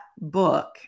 book